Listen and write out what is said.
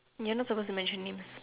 you're not supposed to mention names